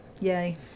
Yay